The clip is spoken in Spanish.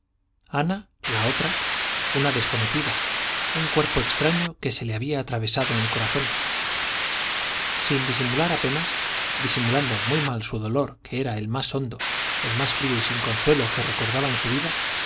ana la otra una desconocida un cuerpo extraño que se le había atravesado en el corazón sin disimular apenas disimulando muy mal su dolor que era el más hondo el más frío y sin consuelo que recordaba en su vida